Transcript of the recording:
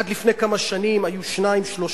עד לפני כמה שנים היו שניים-שלושה.